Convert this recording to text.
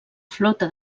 flota